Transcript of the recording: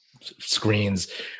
screens